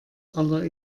aller